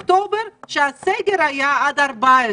כשהסגר היה עד ה-14.